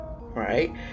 right